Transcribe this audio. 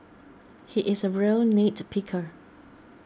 he is a real nitpicker